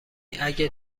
اگه